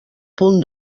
punt